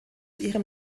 ihrem